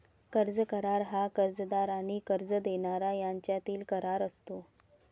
कर्ज करार हा कर्जदार आणि कर्ज देणारा यांच्यातील करार असतो